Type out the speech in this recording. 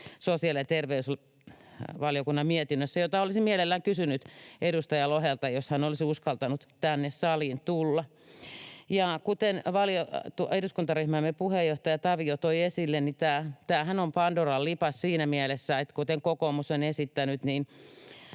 sosiaali‑ ja terveysvaliokunnan mietinnössä. Tästä olisin mielelläni kysynyt edustaja Lohelta, jos hän olisi uskaltanut tänne saliin tulla. Kuten eduskuntaryhmämme puheenjohtaja Tavio toi esille, tämähän on pandoran lipas siinä mielessä, että kokoomus on jo esittänyt,